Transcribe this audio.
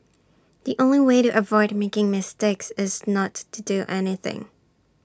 the only way to avoid making mistakes is not to do anything